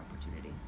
opportunity